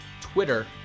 Twitter